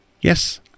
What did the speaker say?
Yes